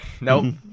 Nope